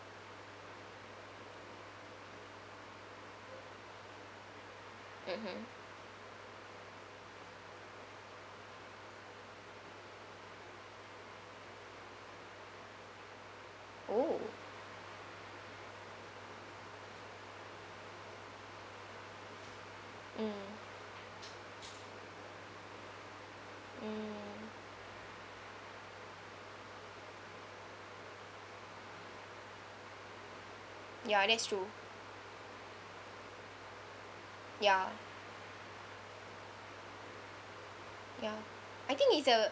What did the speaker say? mmhmm oh mm mm ya that's true ya ya I think it's a